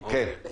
כן.